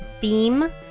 theme